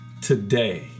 today